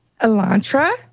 elantra